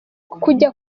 kujya